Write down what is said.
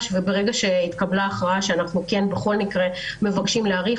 ברגע שהתקבלה הכרעה שבכל מקרה אנחנו מבקשים להאריך,